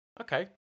Okay